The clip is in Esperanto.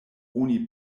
oni